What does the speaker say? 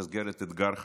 במסגרת אתגר חדש,